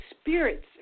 spirit's